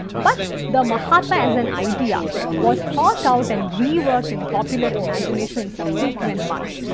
but the mahatma as an idea was thought out and reworked in popular imagination in subsequent months.